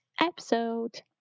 episode